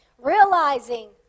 realizing